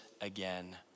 again